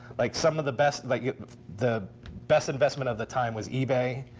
like some of the best but yeah the best investment of the time was ebay.